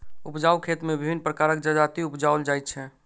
उपजाउ खेत मे विभिन्न प्रकारक जजाति उपजाओल जाइत छै